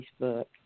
Facebook